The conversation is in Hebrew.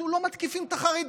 אנחנו לא מתקיפים את החרדים,